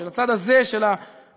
של הצד הזה של המליאה.